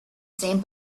same